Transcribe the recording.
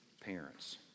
parents